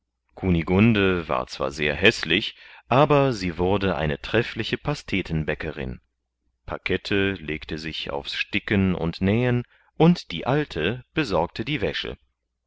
kunigunde war zwar sehr häßlich aber sie wurde eine treffliche pastetenbäckerin pakette legte sich aufs sticken und nähen und die alte besorgte die wäsche